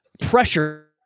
pressure